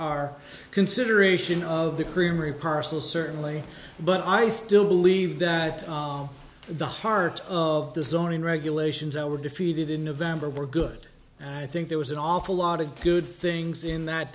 our consideration of the creamery parcel certainly but i still believe that the heart of the zoning regulations that were defeated in november were good and i think there was an awful lot of good things in that